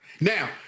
now